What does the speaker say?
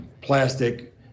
plastic